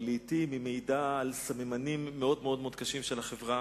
ולעתים היא מעידה על סממנים מאוד-מאוד קשים של החברה,